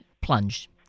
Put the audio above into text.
plunge